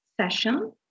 session